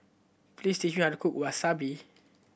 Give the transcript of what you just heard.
please teach me how to cook Wasabi